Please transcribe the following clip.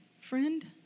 friend